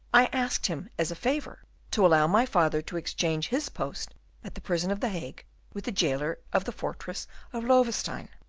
i asked him as a favour to allow my father to exchange his post at the prison of the hague with the jailer of the fortress of loewestein.